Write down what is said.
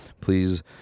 please